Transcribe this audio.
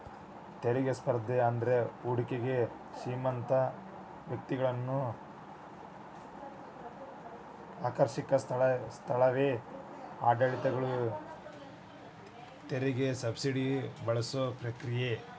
ತೆರಿಗೆ ಸ್ಪರ್ಧೆ ಅಂದ್ರ ಹೂಡಿಕೆಗೆ ಶ್ರೇಮಂತ ವ್ಯಕ್ತಿಗಳನ್ನ ಆಕರ್ಷಿಸಕ ಸ್ಥಳೇಯ ಆಡಳಿತಗಳ ತೆರಿಗೆ ಸಬ್ಸಿಡಿನ ಬಳಸೋ ಪ್ರತಿಕ್ರಿಯೆ